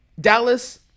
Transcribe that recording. Dallas